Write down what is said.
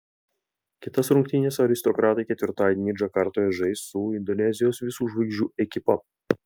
kitas rungtynes aristokratai ketvirtadienį džakartoje žais su indonezijos visų žvaigždžių ekipa